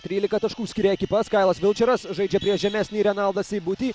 trylika taškų skiria ekipas kailas vilčeras žaidžia prieš žemesnį renaldą seibutį